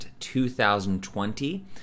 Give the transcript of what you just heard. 2020